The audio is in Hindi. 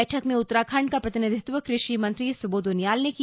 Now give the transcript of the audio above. बैठक में उत्तराखंड का प्रतिनिधित्व कृषि मंत्री सुबोध उनियाल ने किया